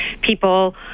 people